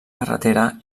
carretera